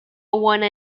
one